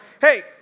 hey